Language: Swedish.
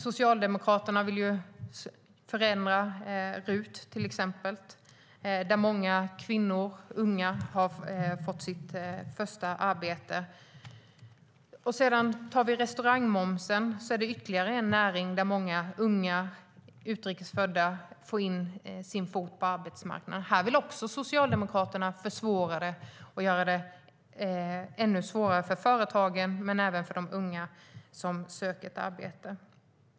Socialdemokraterna vill också förändra RUT som gett många unga kvinnor deras första arbete. Restaurangbranschen är ytterligare en näring där många unga och utrikes födda får in en fot på arbetsmarknaden. Här vill Socialdemokraterna också försvåra och göra det svårare för företagen och för unga som söker arbete.